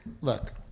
look